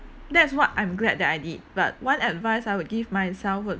that's what I'm glad that I did but one advice I would give myself would